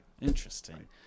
Interesting